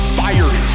fired